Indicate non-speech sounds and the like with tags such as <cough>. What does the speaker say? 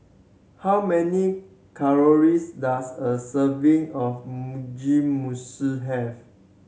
how many calories does a serving of Mugi <unintelligible> have